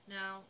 Now